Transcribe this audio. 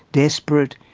desperate,